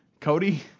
Cody